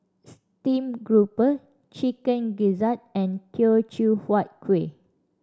stream grouper Chicken Gizzard and Teochew Huat Kueh